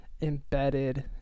embedded